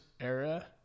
era